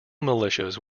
militias